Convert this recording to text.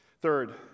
Third